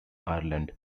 ireland